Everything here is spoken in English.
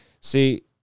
See